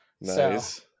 Nice